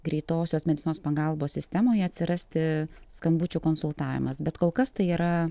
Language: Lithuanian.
greitosios medicinos pagalbos sistemoj atsirasti skambučių konsultavimas bet kol kas tai yra